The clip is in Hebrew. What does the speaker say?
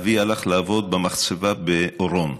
אבי הלך לעבוד במחצבה באורון.